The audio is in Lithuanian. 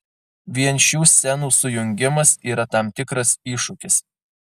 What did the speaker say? vien šių scenų sujungimas yra tam tikras iššūkis